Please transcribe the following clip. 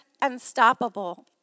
unstoppable